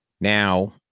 Now